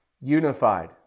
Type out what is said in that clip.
Unified